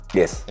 yes